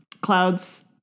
clouds